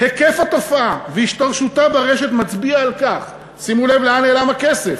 "היקף התופעה והשתרשותה ברשת מצביע על כך" שימו לב לאן נעלם הכסף,